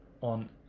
on